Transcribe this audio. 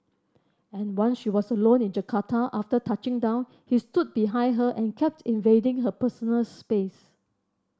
and once she was alone in Jakarta after touching down he stood behind her and kept invading her personal space